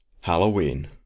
Halloween